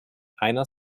einer